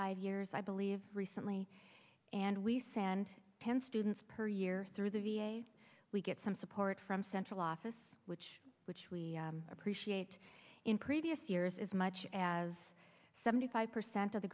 five years i believe recently and we send ten students per year through the v a we get some support from central office which which we appreciate in previous years as much as seventy five percent of the